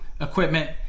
equipment